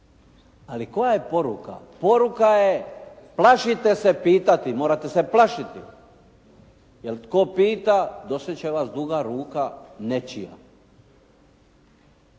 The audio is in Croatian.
Ali koja je poruka? Poruka je: Plašite se pitati! Morate se plašiti. Jer tko pita dostić će vas duga ruka nečija.